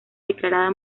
declarada